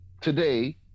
today